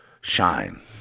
shine